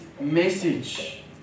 message